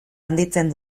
handitzen